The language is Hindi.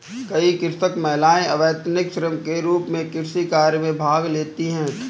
कई कृषक महिलाएं अवैतनिक श्रम के रूप में कृषि कार्य में भाग लेती हैं